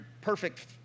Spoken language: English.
perfect